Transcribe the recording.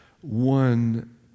one